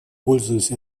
пользуясь